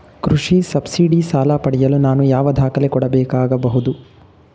ಕೃಷಿ ಸಬ್ಸಿಡಿ ಸಾಲ ಪಡೆಯಲು ನಾನು ಯಾವ ದಾಖಲೆ ಕೊಡಬೇಕಾಗಬಹುದು?